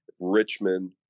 Richmond